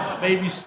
baby